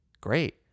great